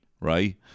right